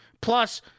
Plus